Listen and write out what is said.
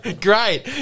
Great